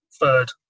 third